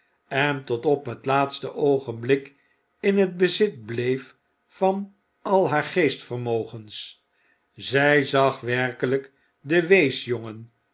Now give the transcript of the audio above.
en tot op het laatste oogenblik in het bezit bleef van alhaar geestvermogens zjj zag werkelp den